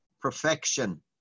perfection